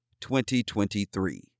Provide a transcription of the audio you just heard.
2023